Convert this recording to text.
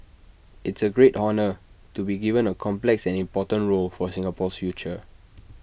it's A great honour to be given A complex and important role for Singapore's future